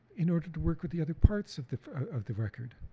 in order to work with the other parts of the of the record.